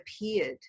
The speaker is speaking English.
appeared